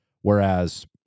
Whereas